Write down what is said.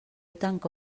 tanca